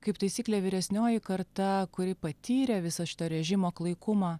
kaip taisyklė vyresnioji karta kuri patyrė viso šito režimo klaikumą